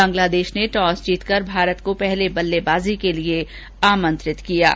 बांग्लादेश ने टॉस जीतकर भारत को पहले बल्लेबाजी के लिए आमंत्रित किया है